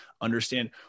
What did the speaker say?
understand